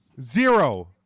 zero